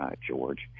George